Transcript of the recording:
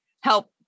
help